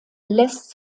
lässt